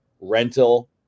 rental